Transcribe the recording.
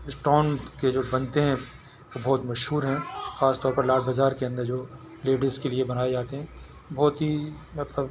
stone کے جو بنتے ہیں وہ بہت مشہور ہیں خاص طور پر لال بازار کے اندر جو لیڈیز کے لیے بنائے جاتے ہیں بہت ہی مطلب